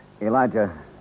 Elijah